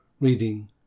reading